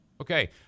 Okay